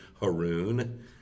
haroon